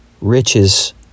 Riches